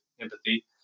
empathy